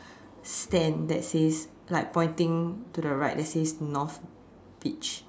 stand that says like pointing to the right that says North beach